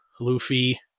Luffy